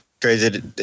Crazy